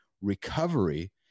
recovery